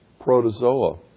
protozoa